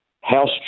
house